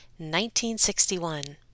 1961